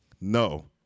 No